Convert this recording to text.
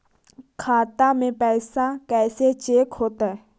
खाता में पैसा कैसे चेक हो तै?